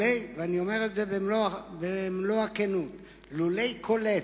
אני אומר במלוא הכנות: לולא קולט,